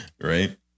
Right